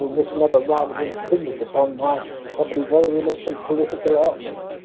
this never rather impinged upon my probably very innocent political outlook.